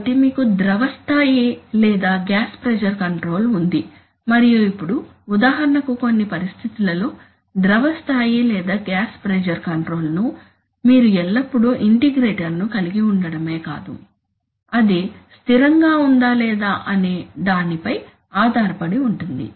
కాబట్టి మీకు ద్రవ స్థాయి లేదా గ్యాస్ ప్రెజర్ కంట్రోల్ ఉంది మరియు ఇప్పుడు ఉదాహరణకు కొన్ని పరిస్థితుల లో ద్రవ స్థాయి లేదా గ్యాస్ ప్రెజర్ కంట్రోల్లో మీరు ఎల్లప్పుడూ ఇంటిగ్రేటర్ను కలిగి ఉండటమే కాదు అది స్థిరంగా ఉందా లేదా అనే దానిపై ఆధారపడి ఉంటుంది